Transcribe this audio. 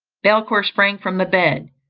belcour sprang from the bed.